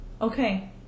Okay